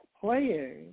playing